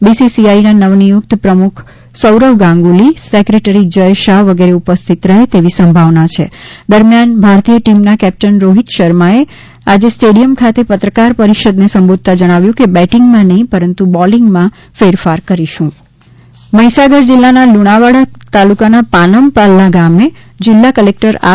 બીસીસીઆઈના નવનિયુક્ત પ્રમુખ સૌરવ ગાંગુલી સેક્રેટરી જય શાહ વગેરે ઉપસ્થિત રહે તેવી સંભાવના છે દરમ્યાન ભારતીય ટીમના કેપ્ટન રોહિત શર્માએ આજે સ્ટેડિયમ ખાતે પત્રકાર પરિષદને સંબોધતા જણાવ્યું છે કે બેટીંગમાં નહીં પરંતુ બોલીંગમાં ફેરફાર કરીશું મહીસાગર જિલ્લા ના લુણાવાડા તાલુકાના પાનમ પાલ્લા ગામે જિલ્લા કલેક્ટર આર